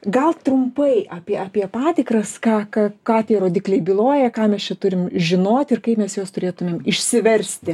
gal trumpai apie apie patikras ką ką ką tie rodikliai byloja ką mes čia turim žinoti ir kaip mes juos turėtumėm išsiversti